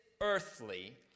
earthly